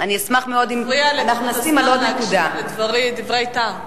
אתה מפריע לשר להקשיב לדברי טעם.